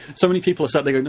so many people start and go, ooh,